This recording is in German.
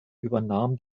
übernahm